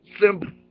simple